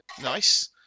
Nice